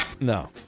No